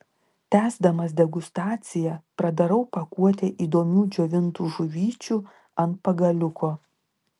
tęsdamas degustaciją pradarau pakuotę įdomių džiovintų žuvyčių ant pagaliuko